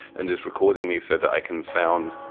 and is recording me so that i can sound